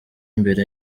imbere